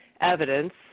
evidence